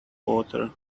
water